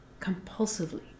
compulsively